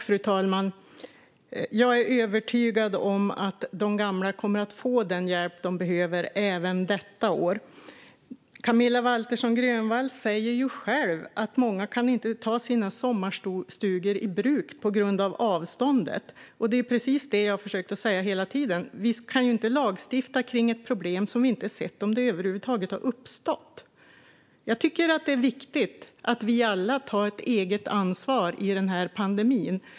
Fru talman! Jag är övertygad om att de gamla kommer att få den hjälp de behöver även detta år. Camilla Waltersson Grönvall säger själv att många inte kan ta sina sommarstugor i bruk på grund av avståndet. Det är precis det jag försökt säga hela tiden. Vi kan inte lagstifta om ett problem som vi inte har sett om det över huvud taget har uppstått. Det är viktigt att vi alla tar ett eget ansvar i pandemin.